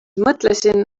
mõtlesin